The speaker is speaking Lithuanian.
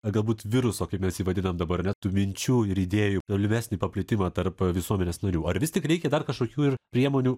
galbūt viruso kaip mes jį vadinam dabar ar ne tų minčių ir idėjų tolimesnį paplitimą tarp visuomenės narių ar vis tik reikia dar kažkokių ir priemonių